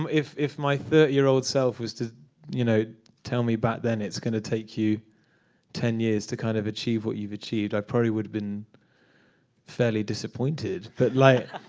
um if if my thirty year old self was to you know tell me back then, it's going to take you ten years to kind of achieve what you've achieved, i probably would've been fairly disappointed. but, like